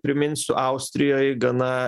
priminsiu austrijoj gana